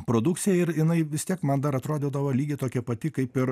produkcija ir jinai vis tiek man dar atrodydavo lygiai tokia pati kaip ir